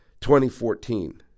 2014